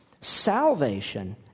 Salvation